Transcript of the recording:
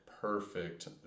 perfect